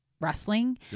wrestling